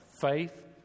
Faith